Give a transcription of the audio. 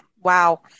wow